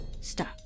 Stop